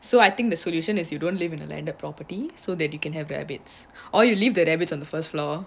so I think the solution is you don't live in a landed property so that you can have rabbits or you leave rabbits on the first floor